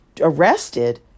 arrested